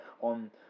on